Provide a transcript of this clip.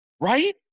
right